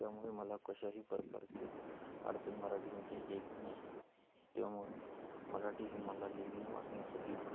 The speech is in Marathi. त्यामुळे मला कशाही प्रकारचे अडचण मराठीमध्ये येत नाही त्यामुळे मराठी ही मला लिहिण्या वाचण्यासाठी